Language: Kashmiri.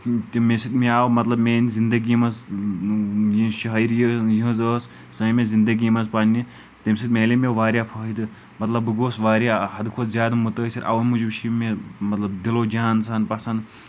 تمے سۭتۍ مےٚ آو مطلب میانہِ زندگی منٛز یِہٕنٛز شہٲعری یِہِنٛز ٲس سۄ آیہِ مےٚ زندگی منٛز پننہِ تمہِ سۭتۍ ملے مےٚ واریاہ فٲیدٕ مطلب بہٕ گوس واریاہ حدٕ کھۄتہٕ زیادٕ مُتٲثراوے موٗجوٗب چھِ مےٚ مطلب دِلو جان سان پسنٛد